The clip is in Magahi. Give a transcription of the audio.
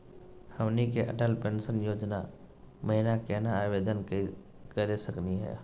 हमनी के अटल पेंसन योजना महिना केना आवेदन करे सकनी हो?